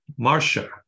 Marsha